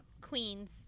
queens